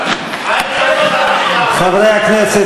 חברי הכנסת,